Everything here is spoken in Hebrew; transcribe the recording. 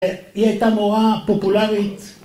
היא הייתה מורה פופולרית